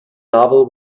novel